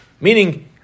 Meaning